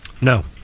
No